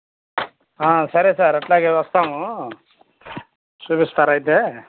సరే సార్ అట్లాగే వస్తాము చూపిస్తారా అయితే